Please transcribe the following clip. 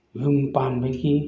ꯌꯨꯝ ꯄꯥꯟꯕꯒꯤ